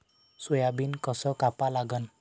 Soybean कस कापा लागन?